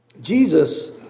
Jesus